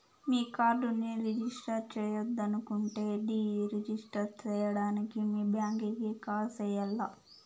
మీ కార్డుని రిజిస్టర్ చెయ్యొద్దనుకుంటే deregister సేయడానికి మీ బ్యాంకీకి కాల్ సెయ్యాల్ల